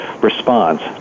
response